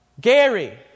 Gary